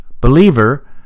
believer